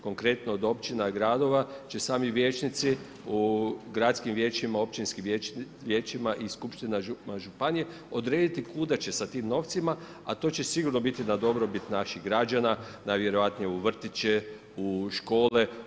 Konkretno od općina i gradova će sami vijećnici u gradskim vijećima, općinskim vijećima i skupština županije odrediti kuda će sa tim novcima a to će sigurno biti na dobrobit naših građana, najvjerojatnije u vrtiće, u škole.